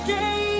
day